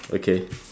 okay